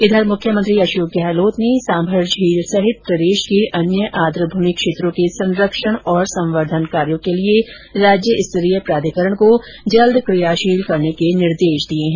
इधर मुख्यमंत्री अशोक गहलोत ने सांभर झील सहित प्रदेश के अन्य आर्द भूमि क्षेत्रों के संरक्षण और संवर्धन कार्यों के लिए राज्यस्तरीय प्राधिकरण को जल्द कियाशील करने के निर्देश दिये हैं